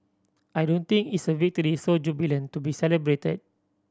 I don't think it's a victory so jubilant to be celebrated